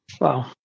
Wow